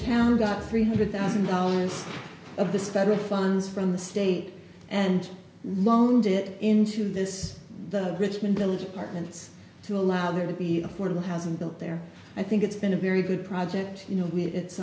town got three hundred thousand dollars of this federal funds from the state and long owned it into this richmond village apartments to allow there to be affordable housing built there i think it's been a very good project you know it's